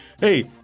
Hey